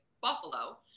Buffalo